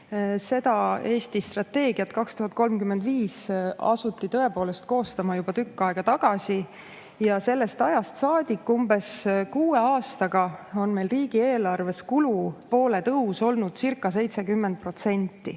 Strateegiat "Eesti 2035" asuti tõepoolest koostama juba tükk aega tagasi. Sellest ajast saadik, umbes kuue aastaga, on meil riigieelarves kulupoole tõus olnudcirca70%,